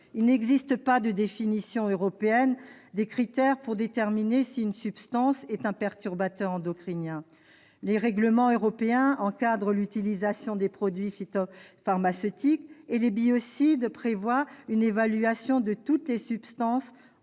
Il n'existe pas de définition européenne des critères permettant de déterminer si une substance est ou non un perturbateur endocrinien. Les règlements européens encadrant l'utilisation des produits phytopharmaceutiques et des biocides prévoient une évaluation de toutes les substances entrant dans